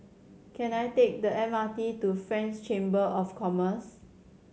can I take the M R T to French Chamber of Commerce